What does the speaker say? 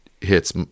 hits